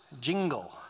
jingle